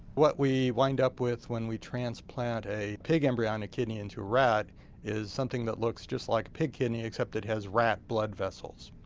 what we wound up with when we transplant a pig embryonic kidney into rat is something that looks just like pig kidney except that it has rat blood vessels.